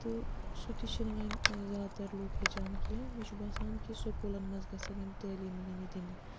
تہٕ سُہ تہِ چھِنہٕ وۄنۍ زیادٕ تَر لُکھ ہیٚچھان کیٚنٛہہ مےٚ چھُ باسان کہِ سکوٗلَن منٛز گژھَن یِم تٲلیٖم یِنہِ دِنہٕ